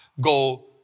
go